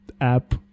app